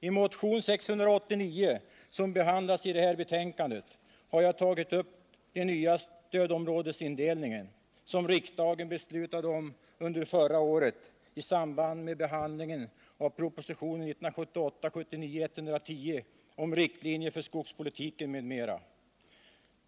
I motion 689, som behandlas i det här betänkandet, har jag tagit upp den nya stödområdesindelningen, som riksdagen beslutade om under förra året i samband med behandlingen av propositionen 1978/79:110 om riktlinjer för skogspolitiken m.m.